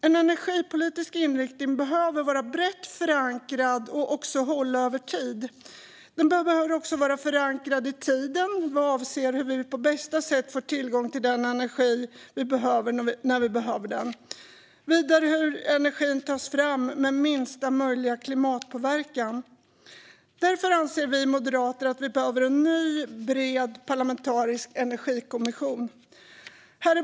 En energipolitisk inriktning behöver vara brett förankrad och också hålla över tid. Den behöver också vara förankrad i tiden med avseende på hur vi på bästa sätt får tillgång till den energi vi behöver när vi behöver den och hur energi tas fram med minsta möjliga klimatpåverkan. Därför anser vi moderater att vi behöver en ny, bred parlamentarisk energikommission.